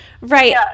right